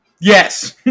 Yes